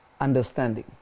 understanding